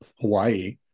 Hawaii